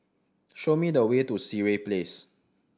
show me the way to Sireh Place